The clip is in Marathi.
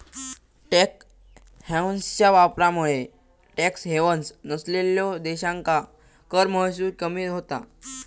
टॅक्स हेव्हन्सच्या वापरामुळे टॅक्स हेव्हन्स नसलेल्यो देशांका कर महसूल कमी होता